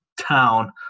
town